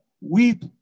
weep